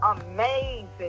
amazing